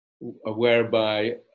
whereby